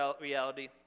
reality